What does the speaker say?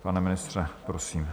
Pane ministře, prosím.